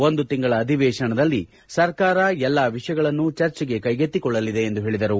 ಒಂದು ತಿಂಗಳ ಅಧಿವೇಶನದಲ್ಲಿ ಸರ್ಕಾರ ಎಲ್ಲ ವಿಷಯಗಳನ್ನು ಚರ್ಚೆಗೆ ಕೈಗೆತ್ತಿಕೊಳ್ಳಲಿದೆ ಎಂದು ಹೇಳಿದರು